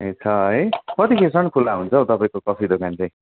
ए छ है कतिखेर सम्म खुल्ला हुन्छ हो तपाईँको कफी दोकान चाहिँ